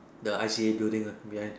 the I_C_A building uh behind